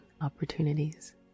opportunities